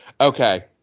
Okay